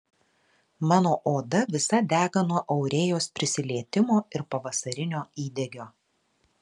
mano oda visa dega nuo aurėjos prisilietimo ir pavasarinio įdegio